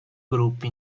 gruppi